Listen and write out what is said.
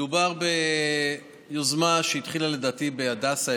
מדובר ביוזמה שהתחילה לדעתי בהדסה,